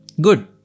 Good